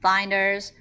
Finders